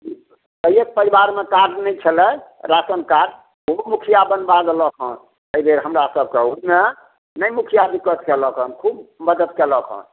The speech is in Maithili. एक परिवारमे कार्ड नहि छलै राशनकार्ड ओ मुखिआ बनबा देलक हन एहिबेर हमरा सभकऽ ओहिमे नहि मुखिआ दिक्कत कयलक हन खूब मदद कयलक हन